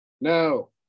No